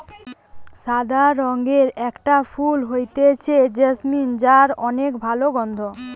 সাদা রঙের একটা ফুল হতিছে জেসমিন যার অনেক ভালা গন্ধ